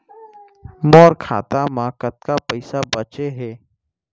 मोर खाता मा कतका पइसा बांचे हे?